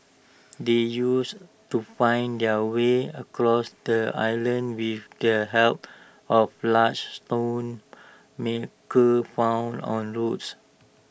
they used to find their way across the island with their help of large stone maker found on roads